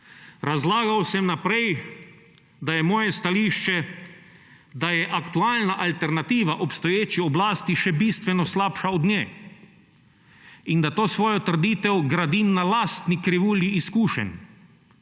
Razlagal sem naprej, da je moje stališče, da je aktualna alternativa obstoječi oblasti še bistveno slabša od nje, in da to svojo trditev gradim na lastni krivulji izkušenj,